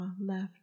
left